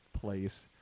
place